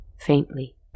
Faintly